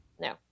no